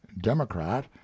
Democrat